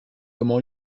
comment